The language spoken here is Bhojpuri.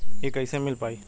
इ कईसे मिल पाई?